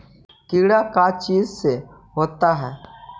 कीड़ा का चीज से होता है?